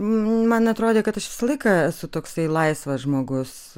man atrodė kad aš visą laiką esu toksai laisvas žmogus